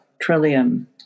Trillium